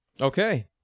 Okay